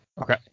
Okay